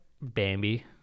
Bambi